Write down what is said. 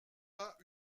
pas